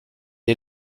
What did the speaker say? est